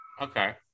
Okay